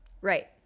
Right